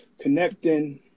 Connecting